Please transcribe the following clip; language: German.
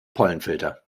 pollenfilter